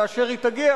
כאשר היא תגיע.